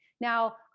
Now